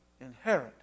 inherit